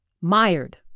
Mired